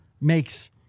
makes